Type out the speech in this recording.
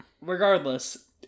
Regardless